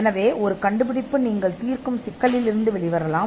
எனவே ஒரு கண்டுபிடிப்பில் நீங்கள் தீர்க்கும் சிக்கலில் இருந்து வெளியே வரலாம்